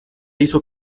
hizo